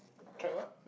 tried what